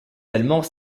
allemands